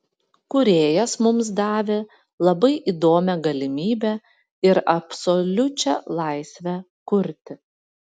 kūrėjas mums davė labai įdomią galimybę ir absoliučią laisvę kurti